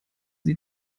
sie